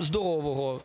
здорового